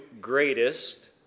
greatest